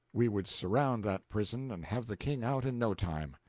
we would surround that prison and have the king out in no time.